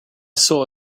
saw